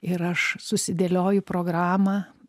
ir aš susidėlioju programą